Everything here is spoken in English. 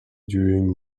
during